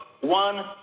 one